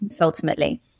ultimately